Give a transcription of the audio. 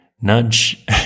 nudge